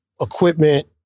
Equipment